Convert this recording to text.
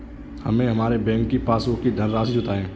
हमें हमारे बैंक की पासबुक की धन राशि बताइए